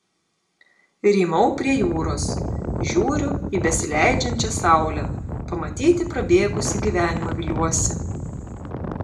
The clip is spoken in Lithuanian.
rymau prie jūros žiūriu į besileidžiančią saulę pamatyti prabėgusį gyvenimą viliuosi